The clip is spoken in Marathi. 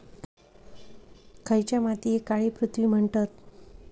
खयच्या मातीयेक काळी पृथ्वी म्हणतत?